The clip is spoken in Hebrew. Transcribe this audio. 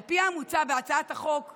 על פי המוצע בהצעת החוק שלך,